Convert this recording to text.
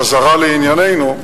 חזרה לענייננו,